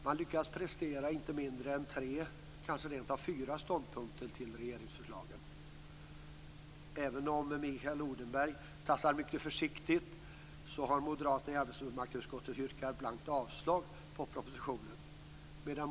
Man lyckas prestera inte mindre än tre, kanske rent av fyra, ståndpunkter i anslutning till regeringsförslagen. Även om Mikael Odenberg tassar mycket försiktigt har moderaterna i arbetsmarknadsutskottet yrkat blankt avslag på propositionerna.